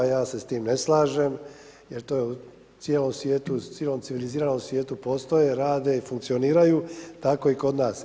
Ja se s tim ne slažem jer to je u cijelom svijetu, cijelom civiliziranom svijetu postoje, rade i funkcioniraju, tako i kod nas.